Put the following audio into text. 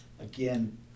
again